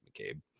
McCabe